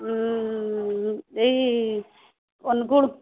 ଏଇ ଅନୁଗୁଳ